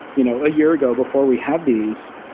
you know a year ago before we have these,